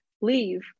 leave